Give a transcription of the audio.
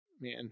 Man